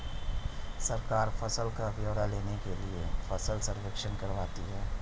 सरकार फसल का ब्यौरा लेने के लिए फसल सर्वेक्षण करवाती है